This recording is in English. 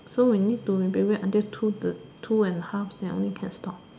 so we need to maybe wait until two the two and the half then only can stop